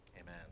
amen